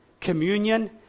communion